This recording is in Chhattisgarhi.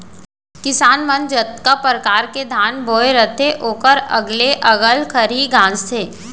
किसान मन जतका परकार के धान बोए रथें ओकर अलगे अलग खरही गॉंजथें